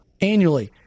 annually